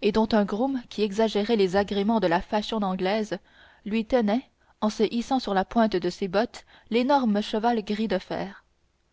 et dont un groom qui exagérait les agréments de la fashion anglaise lui tenait en se hissant sur la pointe de ses bottes l'énorme cheval gris de fer